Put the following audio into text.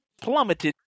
plummeted